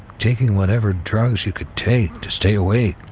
taking whatever drugs you could take to stay awake.